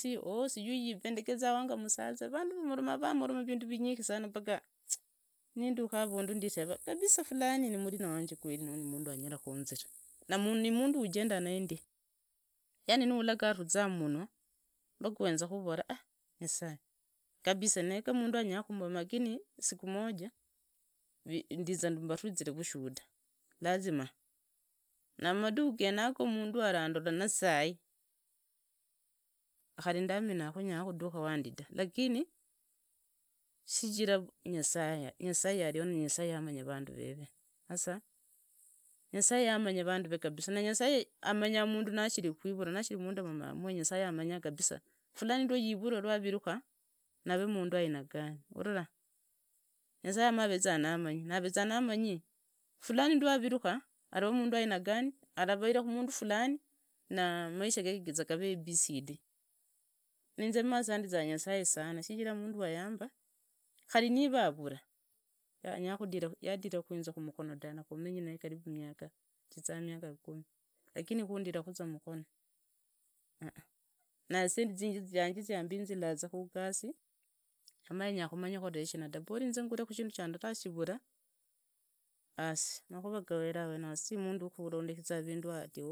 Oh sijui yipendekiza wanya musaza, vande vamoroma vandu vinfishi passa nindukiza arundu nimbola kabisa mundu fulani nimurina wengi eneo nimundu angala kunziraa, ni muundu ujende naye ndi fani nailu ga aniriza mumanwa paka amza unola nyasaye kabisa na gamundu anyalakhumuona lakini sikuangi ndiza nunurizie vashahuda lazima, na madikhu genayo mundu andandola na sai khari ndamanyakhu angalikudhura wandita sichira nyasaye. Nyasaye ario na nyasaye yamanya vandu veve kasa nyasaye yamanya vandu vee na nyasaye amanyaa mundu nashiri kuivulwa. Mundu mumwamu, nyasaye yamanya kabisa fulani yivunda navivutika amavee mundu wa aina gani ulla nyasaye amaveza namanyi fulani navikukha avanaa mundu wa aina gani na maisha gege gamagaree khari niva avula yadira khuinze mukhono tawee na kumenyi naye miaka zizaa miaka kumi lakini khuraa khuizee mikono ahah na silingi zianje ziambinzilaa khugosi amahenga amanye ngorera shina ta bora inze ngurehha shindu sha ndora shivula has makhura gaweree hawenao simundu wakhurondikizaa vindu ati ooh.